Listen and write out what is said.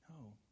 No